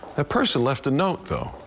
ah person left a note, though,